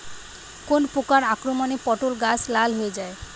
কোন প্রকার আক্রমণে পটল গাছ লাল হয়ে যায়?